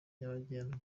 nyabagendwa